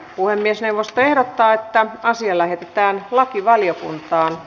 puhemiesneuvosto ehdottaa että asia lähetetään lakivaliokuntaan